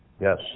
yes